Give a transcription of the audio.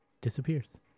disappears